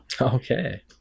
Okay